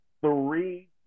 three